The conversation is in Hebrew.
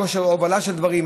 כושר הובלה של דברים,